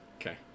Okay